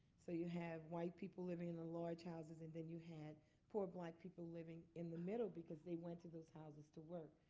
so you have white people living in large houses, and then you had poor black people living in the middle, because they went to those houses to work.